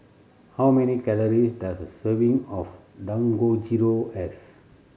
how many calories does a serving of Dangojiru have